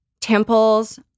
temples